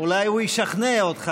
אולי הוא ישכנע אותך,